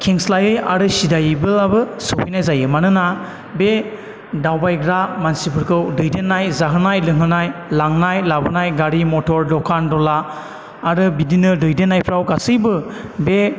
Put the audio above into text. खेंस्लायै आरो सिदायैब्लाबो सहैनाय जायो मानोना बे दावबायग्रा मानसिफोरखौ दैदेननाय जाहोनाय लोंहोनाय लांनाय लाबोनाय गारि मथर दखान दला आरो बिदिनो दैदेननायफ्राव गासैबो बे